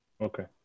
Okay